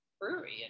brewery